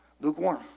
Lukewarm